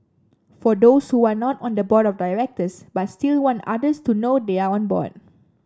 for those who are not on the board of directors but still want others to know they are on board